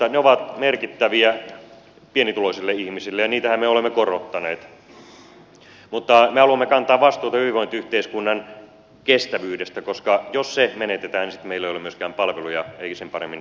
ne ovat merkittäviä pienituloisille ihmisille ja niitähän me olemme korottaneet mutta me haluamme kantaa vastuuta hyvinvointiyhteiskunnan kestävyydestä koska jos se menetetään niin sitten meillä ei ole myöskään palveluja eikä sen paremmin tulonsiirtoja